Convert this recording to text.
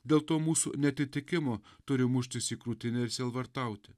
dėl to mūsų neatitikimo turi muštis į krūtinę ir sielvartauti